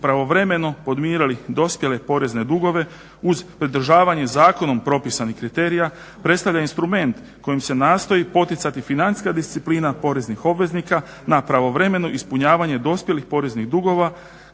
pravovremeno podmirili dospjele porezne dugove uz pridržavanje zakonom propisanih kriterija predstavlja instrument kojim se nastoji poticati financijska disciplina poreznih obveznika na pravovremeno ispunjavanje dospjelih poreznih dugova